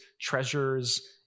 treasures